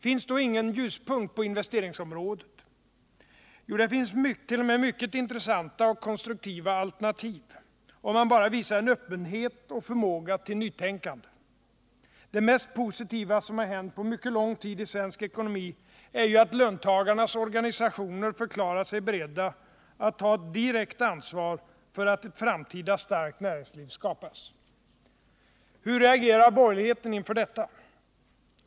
Finns då ingen ljuspunkt på investeringsområdet? Jo, det finns t.o.m. mycket intressanta och konstruktiva alternativ, om man bara visar en öppenhet och förmåga till nytänkande. Det mest positiva som hänt på mycket lång tid i svensk ekonomi är ju att löntagarnas organisationer förklarat sig beredda att ta ett direkt ansvar för att ett framtida starkt näringsliv skapas. Hur reagerar borgerligheten inför detta?